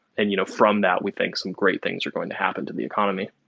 and you know from that, we think some great things are going to happen to the economy.